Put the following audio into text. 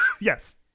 yes